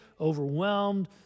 overwhelmed